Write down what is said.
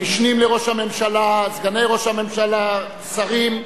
המשנים לראש הממשלה, סגני ראש הממשלה, שרים,